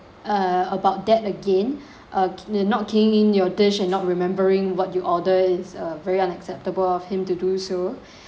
uh about that again uh n~ not keying in your dish and not remembering what you order is a very unacceptable of him to do so